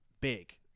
big